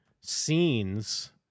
scenes